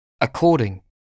according